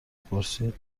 پرسید